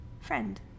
friend